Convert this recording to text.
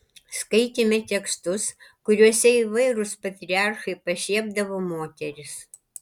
skaitėme tekstus kuriuose įvairūs patriarchai pašiepdavo moteris